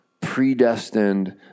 predestined